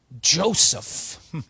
Joseph